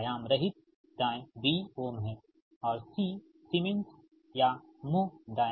आयाम रहित दाएं B ओम है और C सीमेंस या Mho दायां है